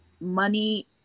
money